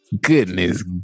Goodness